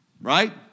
Right